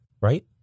Right